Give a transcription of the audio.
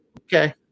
Okay